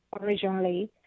originally